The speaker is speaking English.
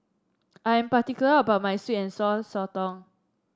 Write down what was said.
I am particular about my sweet and Sour Sotong